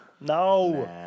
No